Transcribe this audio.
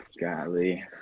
golly